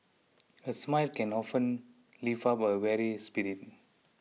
a smile can often lift up a weary spirit